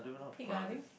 pig ah I think